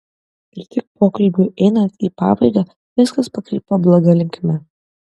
ir tik pokalbiui einant į pabaigą viskas pakrypo bloga linkme